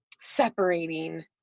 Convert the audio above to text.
separating